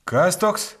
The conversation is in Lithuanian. kas toks